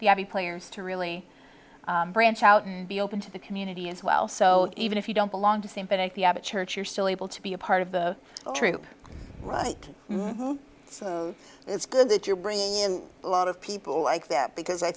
ivy players to really branch out and be open to the community as well so even if you don't belong to same church you're still able to be a part of the troop right so it's good that you're bringing in a lot of people like that because i